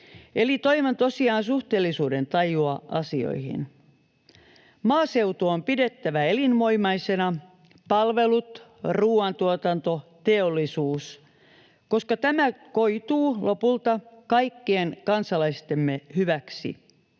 eli toivon tosiaan suhteellisuudentajua asioihin. Maaseutu on pidettävä elinvoimaisena — palvelut, ruoantuotanto, teollisuus — koska tämä koituu lopulta kaikkien kansalaistemme hyväksi